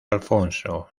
alfonso